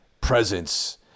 presence